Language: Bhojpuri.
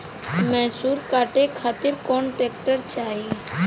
मैसूर काटे खातिर कौन ट्रैक्टर चाहीं?